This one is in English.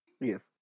Yes